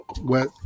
wet